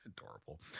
Adorable